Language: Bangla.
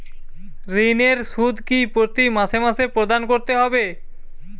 ঋণের সুদ কি প্রতি মাসে মাসে প্রদান করতে হবে?